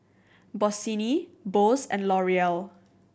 Bossini Bose and L'Oreal